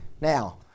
Now